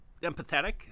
empathetic